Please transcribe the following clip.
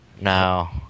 Now